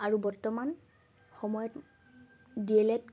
আৰু বৰ্তমান সময়ত ডি এল এড